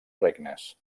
regnes